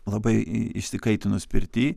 labai išsikaitinus pirty